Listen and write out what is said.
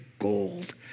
gold